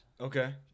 okay